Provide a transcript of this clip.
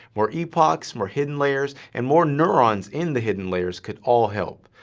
more epochs, more hidden layers, and more neurons in the hidden layers could all help,